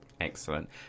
Excellent